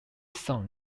song